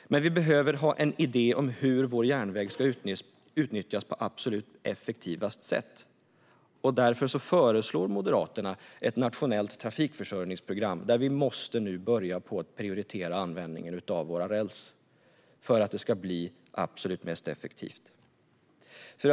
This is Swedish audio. Men vi behöver ha en idé om hur vår järnväg ska utnyttjas på absolut effektivast sätt. Därför föreslår Moderaterna ett nationellt trafikförsörjningsprogram, där vi nu måste börja prioritera användningen av vår räls för att det ska bli så effektivt som möjligt.